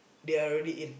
they are already in